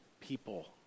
people